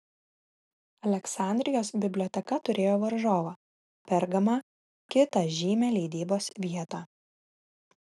aleksandrijos biblioteka turėjo varžovą pergamą kitą žymią leidybos vietą